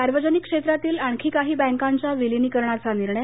सार्वजनिक क्षेत्रातील आणखी काही बँकांच्या विलिनीकरणाचा निर्णय